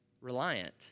reliant